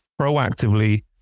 proactively